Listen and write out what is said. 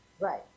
Right